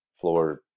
floor